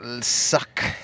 suck